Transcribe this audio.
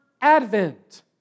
Advent